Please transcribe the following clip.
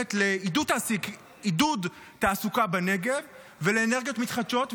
ללכת לעידוד תעסוקה בנגב ולאנרגיות מתחדשות,